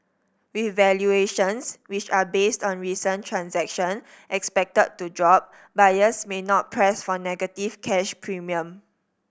with valuations which are based on recent transaction expected to drop buyers may not press for negative cash premium